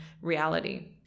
reality